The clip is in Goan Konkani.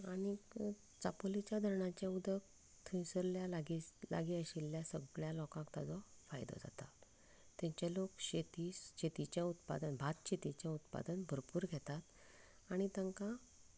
आनी चापोलीच्या धरणाचें उदक थंयसरल्या लागींच्या लागीं आशिल्ल्या सगल्या लोकांक ताजो फायदो जाता थंयचे लोक शेती शेतीचें उत्पादन भात शेतीचें उत्पादन भरपूर घेतात आनी तांकां